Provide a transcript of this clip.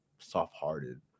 soft-hearted